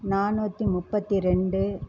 நானூற்றி முப்பத்தி ரெண்டு